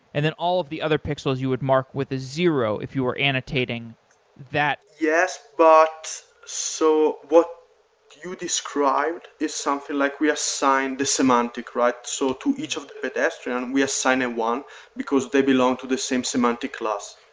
and then all of the other pixels you would mark with a zero if you were annotating that. yes. but so what you described is something like we assign the semantic, right? so to each of the pedestrian, we assign a one because they belong to the same semantic class.